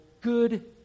good